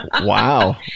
Wow